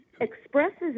expresses